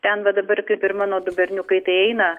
ten va dabar kaip ir mano berniukai tai eina